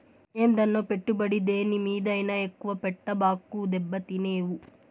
ఏందన్నో, పెట్టుబడి దేని మీదైనా ఎక్కువ పెట్టబాకు, దెబ్బతినేవు